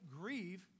grieve